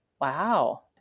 wow